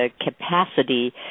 Capacity